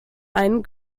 einen